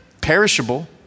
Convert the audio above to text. perishable